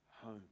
home